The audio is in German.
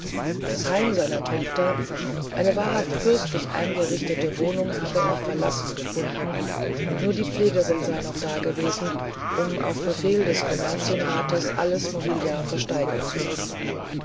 das heim seiner tochter eine wahrhaft fürstlich eingerichtete wohnung habe er verlassen gefunden nur die pflegerin sei noch dagewesen um auf befehl des kommerzienrates alles mobiliar versteigern zu lassen